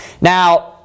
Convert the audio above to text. Now